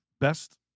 best